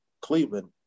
Cleveland